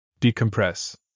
Decompress